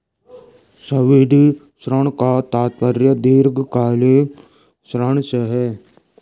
सावधि ऋण का तात्पर्य दीर्घकालिक ऋण से है